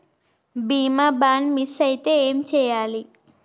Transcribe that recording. బీమా bond miss అయితే ఏం చేయాలి?